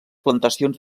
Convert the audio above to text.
plantacions